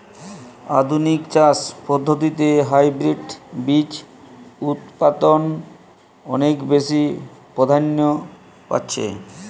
আধুনিক চাষ পদ্ধতিতে হাইব্রিড বীজ উৎপাদন অনেক বেশী প্রাধান্য পাচ্ছে